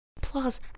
Plus